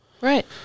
right